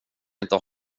inte